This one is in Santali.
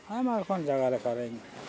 ᱟᱭᱢᱟ ᱨᱚᱠᱚᱢ ᱡᱟᱭᱜᱟ ᱞᱮᱠᱟᱨᱤᱧ